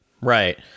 Right